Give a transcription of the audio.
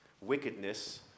wickedness